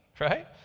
Right